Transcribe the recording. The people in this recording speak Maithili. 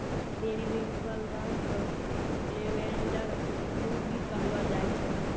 पेरिविंकल रंग क लेवेंडर ब्लू भी कहलो जाय छै